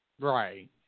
Right